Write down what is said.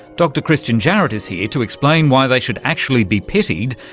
dr christian jarrett is here to explain why they should actually be pitied,